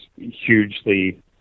hugely